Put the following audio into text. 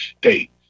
states